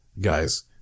guys